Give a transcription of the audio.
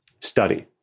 study